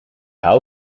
hou